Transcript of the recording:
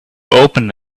open